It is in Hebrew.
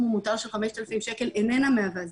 המותר של 5,000 שקל איננה מהווה זיקה,